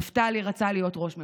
נפתלי רצה להיות ראש ממשלה,